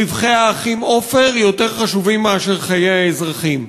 רווחי האחים עופר יותר חשובים מחיי האזרחים.